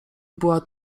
była